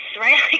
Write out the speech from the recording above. right